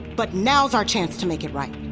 but now's our chance to make it right